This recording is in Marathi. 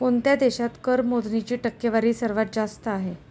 कोणत्या देशात कर मोजणीची टक्केवारी सर्वात जास्त आहे?